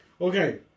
Okay